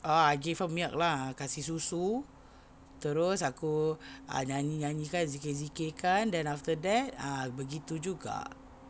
ah I gave her milk lah kasi susu terus aku nyanyi nyanyi kan zikir zikir kan then after that ah begitu juga